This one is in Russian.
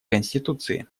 конституции